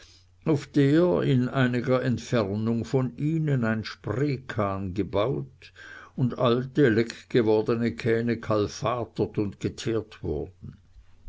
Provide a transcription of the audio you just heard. der in einiger entfernung von ihnen ein spreekahn gebaut und alte leckgewordene kähne kalfatert und geteert wurden